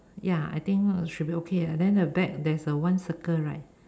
ya I think should be okay lah then the back there's a one circle right